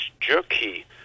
jerky